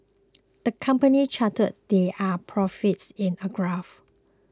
the company charted their profits in a graph